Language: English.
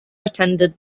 attended